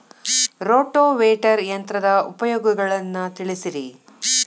rotavator ಯಂತ್ರದ ಉಪಯೋಗಗಳನ್ನ ತಿಳಿಸಿರಿ